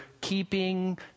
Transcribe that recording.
keeping